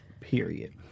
period